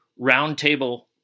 roundtable